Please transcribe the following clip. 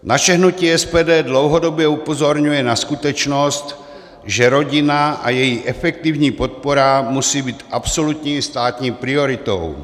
Naše hnutí SPD dlouhodobě upozorňuje na skutečnost, že rodina a její efektivní podpora musí být absolutní státní prioritou.